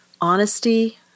honesty